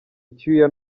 icyuya